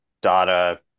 data